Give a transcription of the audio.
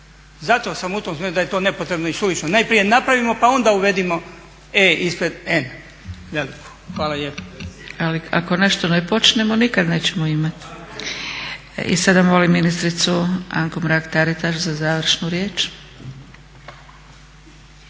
Zato sam u tom smislu, da je to nepotrebno i suvišno. Najprije napravimo pa onda uvedimo E ispred N, veliko. Hvala lijepa. **Zgrebec, Dragica (SDP)** Ali ako nešto ne počnemo nikada nećemo imati. I sada molim ministricu Anku Mrak Taritaš za završnu riječ.